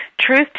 truth